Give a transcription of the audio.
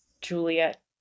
Juliet